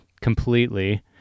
completely